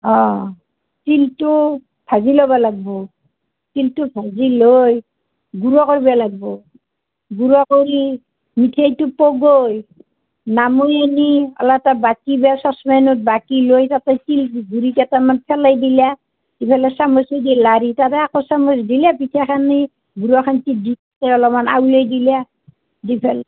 অঁ তিলটো ভাজি ল'বা লাগিব তিলটো ভাজি লৈ গুড়া কৰিব লাগিব গুড়া কৰি মিঠেইটো পগুৱই নাওমেনি অলপ এটা বাটি বা চচপেনত বাকী লৈ তাতে তিল গুড়িকেইটামান ফেলে দিলা দি ফেলে চামুচে দি লাৰি তাৰে আকৌ চামুচ দিলা পিঠাখানিত গুড়াখেণ্টি দি অলপমান আউলেই দিলা দি ফেলে